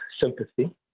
sympathy